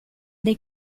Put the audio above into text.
dei